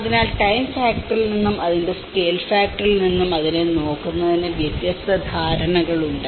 അതിനാൽ ടൈം ഫാക്ടറിൽ നിന്നും അതിന്റെ സ്കെയിൽ ഫാക്ടറിൽ നിന്നും അതിനെ നോക്കുന്നതിന് വ്യത്യസ്ത ധാരണകളുണ്ട്